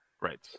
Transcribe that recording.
Right